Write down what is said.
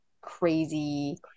crazy